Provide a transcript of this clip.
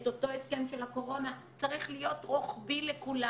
אותו הסכם של הקורונה צריך להיות רוחבי לכולם